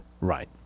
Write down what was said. Right